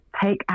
take